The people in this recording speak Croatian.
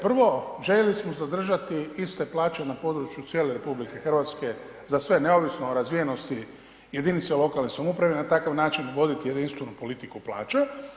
Prvo, željeli smo zadržati iste plaće na području cijele RH za sve, neovisno o razvijenosti jedinice lokalne samouprave i na takav način voditi jedinstvenu politiku plaća.